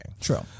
True